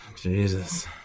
Jesus